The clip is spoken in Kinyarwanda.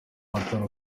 y’amatora